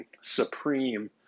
Supreme